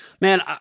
Man